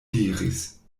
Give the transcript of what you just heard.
diris